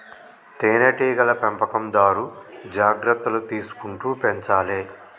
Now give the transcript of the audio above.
తేనె టీగల పెంపకందారు జాగ్రత్తలు తీసుకుంటూ పెంచాలే